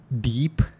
deep